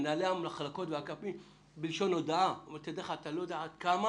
מנהלי מחלקות ואגפים אומרים לי: אתה לא יודע כמה